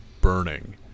burning